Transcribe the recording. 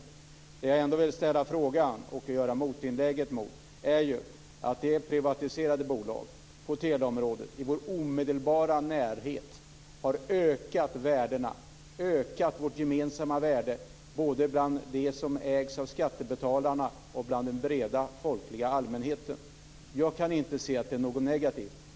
Det som jag ändå vill göra ett inlägg om är de privatiserade bolagen på teleområdet i våra omedelbara närhet, som har ökat det gemensamma värdet, både det som ägs av skattebetalarna och av den breda folkliga allmänheten. Jag kan inte se att det är något negativt.